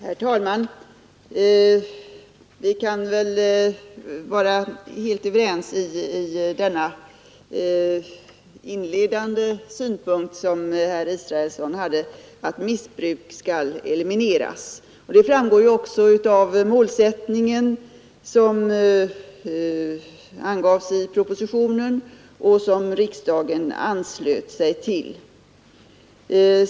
Herr talman! Vi kan väl vara helt överens i denna inledande synpunkt, som herr Israelsson hade, att allt missbruk bör elimineras. Detta framgår ju också av den målsättning som angavs i propositionen och som riksdagen anslöt sig till.